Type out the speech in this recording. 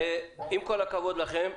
עם כל הכבוד לכן,